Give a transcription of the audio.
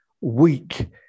weak